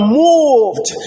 moved